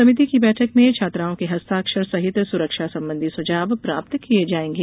समिति की बैठक में छात्राओं के हस्ताक्षर सहित सुरक्षा संबंधी सुझाव प्राप्त किये जायेंगे